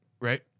right